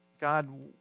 God